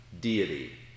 deity